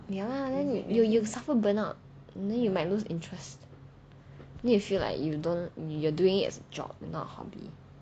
ya lah then you you suffer burn out then you might lose interest then you feel like you don't you're doing as a job and not a hobby